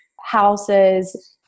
houses